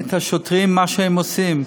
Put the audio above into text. את השוטרים, מה שהם עושים.